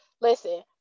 listen